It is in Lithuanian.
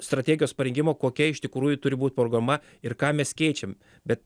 strategijos parinkimo kokia iš tikrųjų turi būt programa ir ką mes keičiam bet